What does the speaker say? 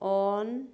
on